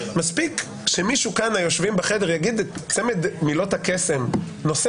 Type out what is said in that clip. מספיק שמישהו כאן מהיושבים בחדר יגיד את צמד מילות הקסם נושא